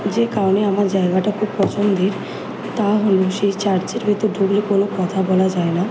যে কারণে আমার জায়গাটা খুব পছন্দের তা হল সেই চার্চের ভিতর ঢুকলে কোনো কথা বলা যায় না